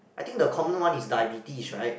I think the common one is diabetes right